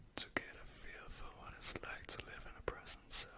to get a feel for what it's like to live in a prison